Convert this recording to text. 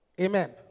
Amen